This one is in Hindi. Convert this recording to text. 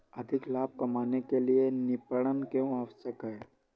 अधिक लाभ कमाने के लिए विपणन क्यो आवश्यक है?